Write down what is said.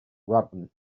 rubber